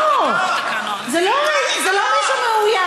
לא, זה לא מי שמאוים.